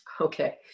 okay